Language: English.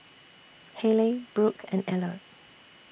Hayleigh Brook and Eller